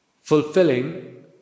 fulfilling